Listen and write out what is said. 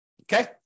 okay